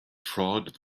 trod